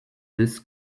this